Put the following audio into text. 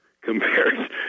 compared